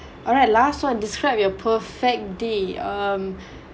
alright last one describe your perfect day um